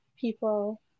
people –